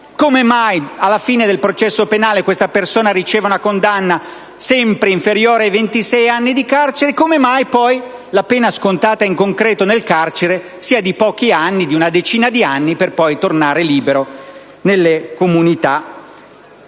e poi, alla fine del processo penale, questa persona riceve una condanna sempre inferiore a 26 anni di carcere e come mai la pena scontata in concreto nel carcere sia di pochi anni, di una decina di anni, seguiti dal ritorno in libertà nelle comunità.